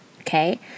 okay